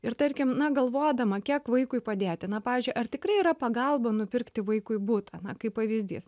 ir tarkim galvodama kiek vaikui padėti na pavyzdžiui ar tikrai yra pagalba nupirkti vaikui butą na kaip pavyzdys